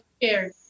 scared